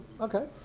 Okay